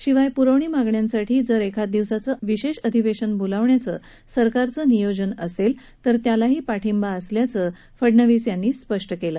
शिवाय पुरवणी मागण्यांसाठी जर एखादं दिवसायं विशेष अधिवेशन बोलवण्याचं सरकराचं नियोजन असेल तर त्यालाही पाठिंबा असल्याचं फडनवीस यांनी स्पष्ट केलं